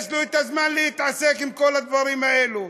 יש לו הזמן להתעסק עם כל הדברים האלה.